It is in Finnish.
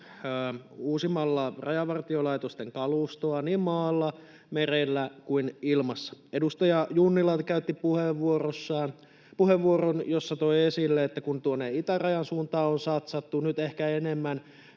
uusimalla rajavartiolaitosten kalustoa niin maalla, merellä kuin ilmassa. Edustaja Junnila käytti puheenvuoron, jossa toi esille, että kun tuonne itärajan suuntaan on satsattu nyt ehkä enemmän,